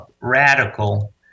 radical